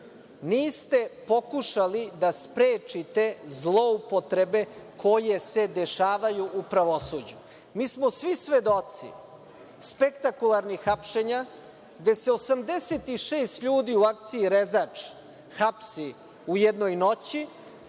niste pokušali da sprečite zloupotrebe koje se dešavaju u pravosuđu. Mi smo svi svedoci spektakularnih hapšenja gde se 86 ljudi u akciji „Rezač“ hapsi u jednoj noći,